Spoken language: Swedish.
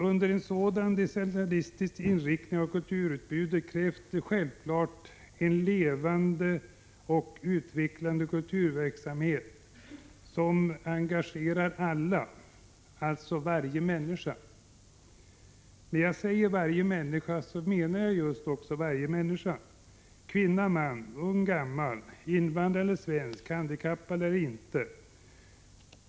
Med en sådan decentralistisk inriktning av kulturutbudet krävs det självklart en levande och utvecklande kulturverksamhet som engagerar alla, alltså varje människa. Och när jag säger varje människa så menar jag just varje människa — kvinna och man, ung och gammal, invandrare och svensk, handikappad och icke handikappad.